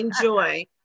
enjoy